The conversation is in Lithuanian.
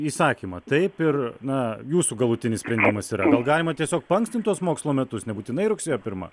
įsakymą taip ir na jūsų galutinis sprendimas yra gal galima tiesiog paankstint tuos mokslo metus nebūtinai rugsėjo pirmą